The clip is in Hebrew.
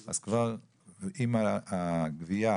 אז עם הגבייה